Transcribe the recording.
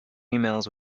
emails